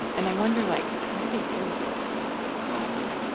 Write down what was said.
and i wonder, like, how did they deal with it? ionno.